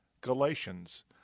Galatians